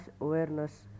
awareness